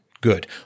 good